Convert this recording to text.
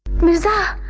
mirza.